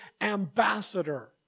ambassador